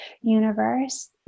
universe